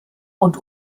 und